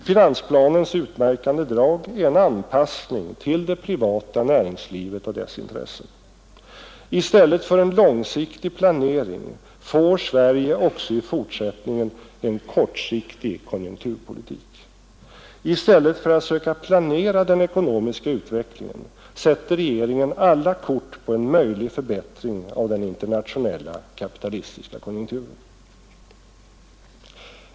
Finansplanens utmärkande drag är en anpassning till det privata näringslivet och dess intressen. I stället för långsiktig planering får Sverige också i fortsättningen en kortsiktig konjunkturpolitik. I stället för att söka planera den ekonomiska utvecklingen sätter regeringen alla kort på en möjlig förbättring av den internationella kapitalistiska konjunkturen.